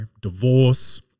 divorce